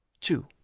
Two